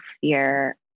fear